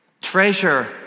Treasure